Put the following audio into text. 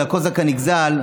והקוזק הנגזל,